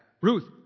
Ruth